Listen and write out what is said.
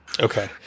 Okay